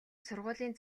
сургуулийн